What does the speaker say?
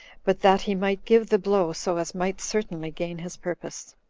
but that he might give the blow so as might certainly gain his purpose.